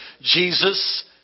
Jesus